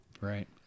Right